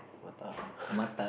Mattar